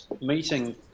meeting